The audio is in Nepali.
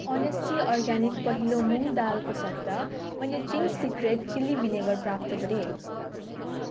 अनेस्टी अर्ग्यानिक पहेलो मुँग दालको सट्टा मैले चिङ्स सिक्रेट चिल्ली भिनेगर प्राप्त गरेँ